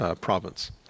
province